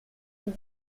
les